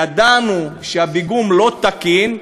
ידענו שהפיגום לא תקין,